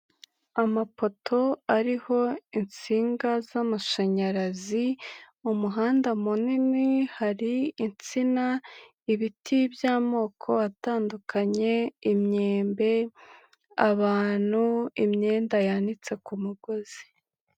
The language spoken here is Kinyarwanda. Amapoto ariho insinga z'amashanyarazi, mu muhanda munini hari insina, ibiti by'amoko atandukanye, imyembe, abantu, imyenda yanitse ku mugozi.